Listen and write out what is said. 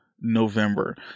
November